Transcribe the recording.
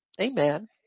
Amen